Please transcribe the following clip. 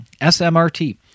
SMRT